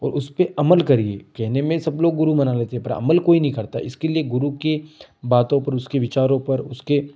और उस पर अमल करिए कहने में सब लोग गुरू बना देते हैं पर अमल कोई नहीं करता इसके लिए गुरू के बातों पर उसके विचारों पर उसके